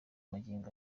magingo